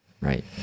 right